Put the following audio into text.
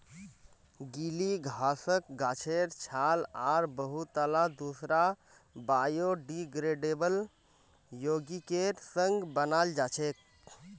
गीली घासक गाछेर छाल आर बहुतला दूसरा बायोडिग्रेडेबल यौगिकेर संग बनाल जा छेक